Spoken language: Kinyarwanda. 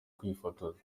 kwifotoza